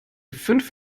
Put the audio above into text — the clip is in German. fünf